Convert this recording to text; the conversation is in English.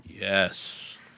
Yes